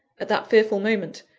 at that fearful moment,